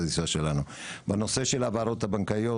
בנושא של העברות בנקאיות,